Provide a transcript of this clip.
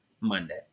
Monday